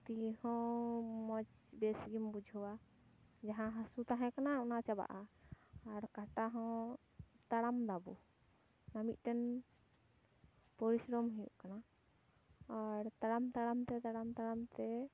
ᱛᱤ ᱦᱚᱸ ᱢᱚᱡᱽ ᱵᱮᱥᱜᱮᱢ ᱵᱩᱡᱷᱟᱹᱣᱟ ᱡᱟᱦᱟᱸ ᱦᱟᱹᱥᱩ ᱛᱟᱦᱮᱸ ᱠᱟᱱᱟ ᱚᱱᱟ ᱪᱟᱵᱟᱜᱼᱟ ᱟᱨ ᱠᱟᱴᱟ ᱦᱚᱸ ᱛᱟᱲᱟᱢ ᱫᱟᱵᱚᱱ ᱚᱱᱟ ᱢᱤᱫᱴᱮᱱ ᱯᱚᱨᱤᱥᱨᱚᱢ ᱦᱩᱭᱩᱜ ᱠᱟᱱᱟ ᱟᱨ ᱛᱟᱲᱟᱢ ᱛᱟᱲᱟᱢ ᱛᱮ ᱛᱟᱲᱟᱢ ᱛᱟᱲᱟᱢ ᱛᱮ